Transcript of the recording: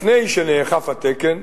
לפני שנאכף התקן,